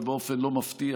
ובאופן לא מפתיע,